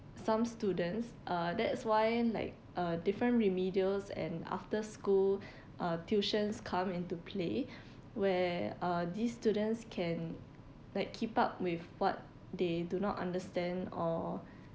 some students uh that's why like uh different remedials and after school uh tuition come into play where uh these students can like keep up with what they do not understand or